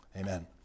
amen